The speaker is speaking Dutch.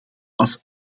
als